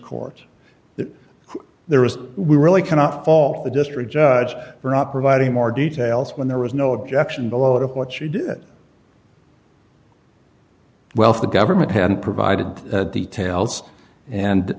that there is we really cannot fault the district judge for not providing more details when there was no objection below to what she did well if the government hadn't provided details and